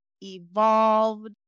evolved